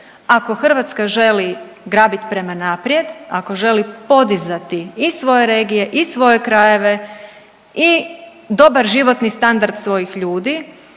Ako Hrvatska želi grabit prema naprijed, ako želi podizati i svoje regije i svoje krajeve i dobar životni standard svojih ljudi